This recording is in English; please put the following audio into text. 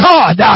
God